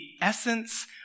essence